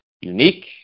unique